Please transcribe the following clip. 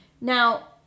Now